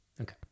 Okay